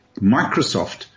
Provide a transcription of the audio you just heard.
Microsoft